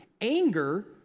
Anger